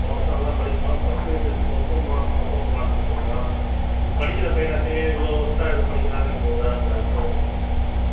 போன வருஷம் நல்லா படிப்பான் இப்போ ஃபஸ்ட் யூனிட் டெஸ்ட்டு ரொம்ப மார்க் மோசமாக மார்க்கெடுத்திருக்கான் படிக்கிற பையனாச்சே ஏன் இவ்வளோ வொர்ஸ்ட்டாக இது படிக்கிறானேன்னு ஒரு இதாக இருந்தது அதுக்கு தான் உங்களுக்கு ஃபோன் பண்ணேன்